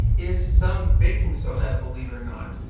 is some baking soda, believe it or not.